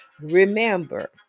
Remember